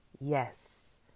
Yes